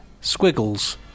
Squiggles